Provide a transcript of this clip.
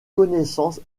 connaissances